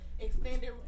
Extended